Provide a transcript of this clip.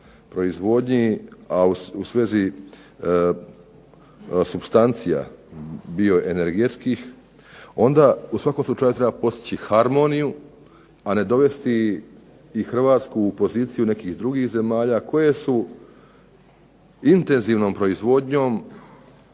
proizvodnji a u svezi supstancija bioenergetskih onda u svakom slučaju treba postići harmoniju a ne dovesti Hrvatsku u poziciju nekih drugih zemalja koje su intenzivnom proizvodnjom